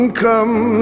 come